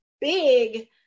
big